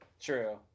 True